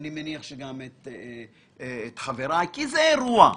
אני מניח שגם את חבריי, כי זה אירוע.